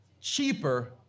cheaper